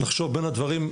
לחשוב בין הדברים.